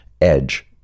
edge